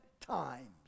times